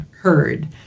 heard